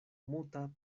muta